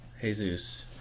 Jesus